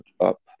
up